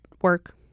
work